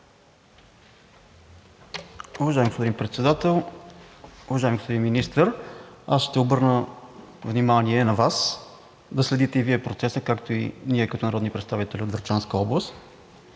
Уважаеми господин Председател, уважаеми господин Министър! Аз ще обърна внимание на Вас да следите и Вие процеса, както и ние като народни представители от Врачанска област.